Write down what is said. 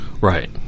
Right